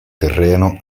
terreno